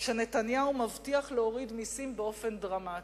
שנתניהו מבטיח להוריד מסים באופן דרמטי.